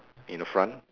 in front